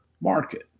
market